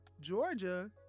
georgia